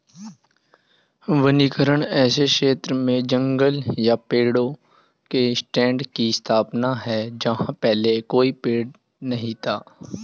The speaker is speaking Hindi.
वनीकरण ऐसे क्षेत्र में जंगल या पेड़ों के स्टैंड की स्थापना है जहां पहले कोई पेड़ नहीं था